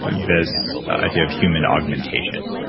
this idea of human augmentation.